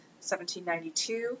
1792